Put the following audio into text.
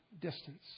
distance